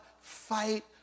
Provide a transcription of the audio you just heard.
fight